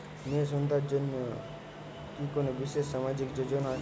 মেয়ে সন্তানদের জন্য কি কোন বিশেষ সামাজিক যোজনা আছে?